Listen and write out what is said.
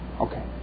Okay